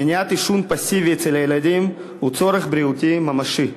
מניעת עישון פסיבי אצל הילדים הוא צורך בריאותי ממשי.